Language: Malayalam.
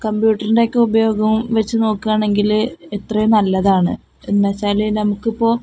കമ്പ്യൂട്ടറിൻ്റെ ഒക്കെ ഉപയോഗം വച്ചുനോക്കുകയാണെങ്കില് എത്രയും നല്ലതാണ് എന്നുവച്ചാല് നമുക്കിപ്പോള്